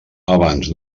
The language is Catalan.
abans